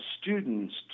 students